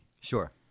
Sure